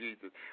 Jesus